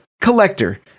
collector